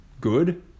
good